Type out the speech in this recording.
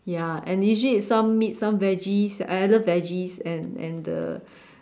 ya and usually is some meat some veggies either veggies and and the